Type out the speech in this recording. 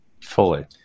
fully